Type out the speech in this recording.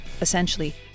essentially